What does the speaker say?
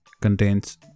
contains